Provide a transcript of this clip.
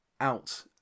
out